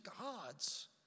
God's